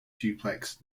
duplex